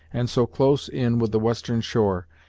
and so close in with the western shore,